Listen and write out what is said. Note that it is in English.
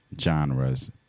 genres